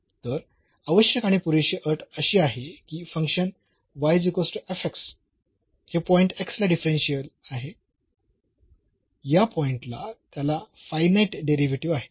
तर आवश्यक आणि पुरेशी अट अशी आहे की फंक्शन हे पॉईंट x ला डिफरन्शियेबल आहे या पॉईंटला त्याला फायनाईट डेरिव्हेटिव्ह आहे